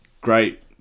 great